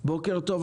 בוקר טוב,